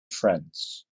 france